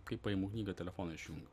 kai paimu knygą telefoną išjungiu